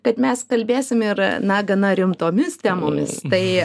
kad mes kalbėsim ir na gana rimtomis temomis tai